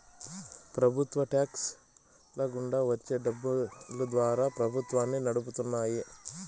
ప్రభుత్వ టాక్స్ ల గుండా వచ్చే డబ్బులు ద్వారా ప్రభుత్వాన్ని నడుపుతున్నాయి